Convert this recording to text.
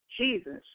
Jesus